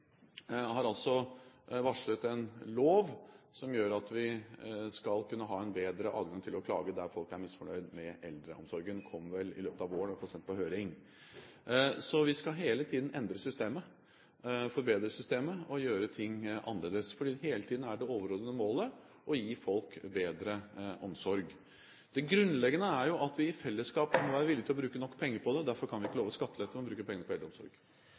har altså varslet en lov som gjør at folk skal kunne ha en bedre adgang til å klage dersom man er misfornøyd med eldreomsorgen. Den kommer vel i løpet av våren, eller vil i hvert fall bli sendt på høring. Vi skal hele tiden endre systemet, forbedre systemet og gjøre ting annerledes, fordi det overordnede målet hele tiden er å gi folk bedre omsorg. Det grunnleggende er jo at vi i fellesskap er villig til å bruke nok penger på det, og derfor kan vi ikke love skattelette, men bruke pengene på eldreomsorg.